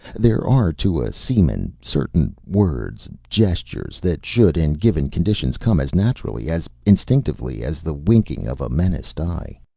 there are to a seaman certain words, gestures, that should in given conditions come as naturally, as instinctively as the winking of a menaced eye.